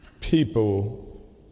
people